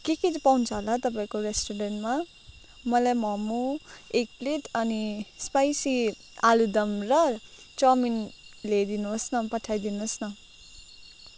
के के चाहिँ पाउँछ होला तपाईँहरूको रेस्टुरेन्टमा मलाई मोमो एक प्लेट अनि स्पाइसी आलुदम र चाउमिन ल्याइदिनुहोस् न पठाइदिनुहोस् न